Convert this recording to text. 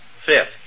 Fifth